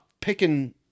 picking